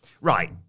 right